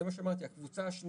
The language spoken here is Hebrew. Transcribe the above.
זה מה שאמרתי, הקבוצה השנייה.